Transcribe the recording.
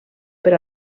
per